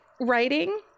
writing